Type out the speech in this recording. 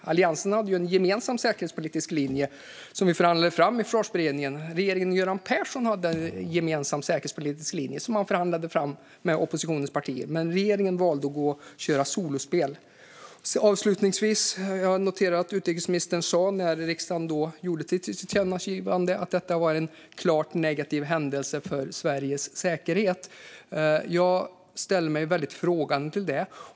Alliansen hade en gemensam säkerhetspolitisk linje som vi förhandlade fram i Försvarsberedningen. Regeringen Göran Persson hade en gemensam säkerhetspolitisk linje som han förhandlade fram med oppositionens partier, men regeringen valde att köra solospel. Avslutningsvis noterar jag att utrikesministern, när riksdagen gjorde sitt tillkännagivande, sa att det var en klart negativ händelse för Sveriges säkerhet. Jag ställde mig väldigt frågande till det.